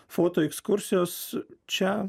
fotoekskursijos čia